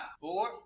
four